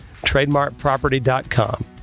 TrademarkProperty.com